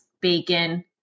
bacon